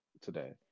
today